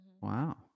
Wow